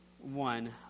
one